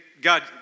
God